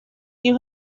you